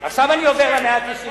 עכשיו אני עובר ל-190%.